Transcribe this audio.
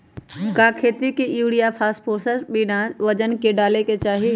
का खेती में यूरिया फास्फोरस बिना वजन के न डाले के चाहि?